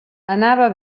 anava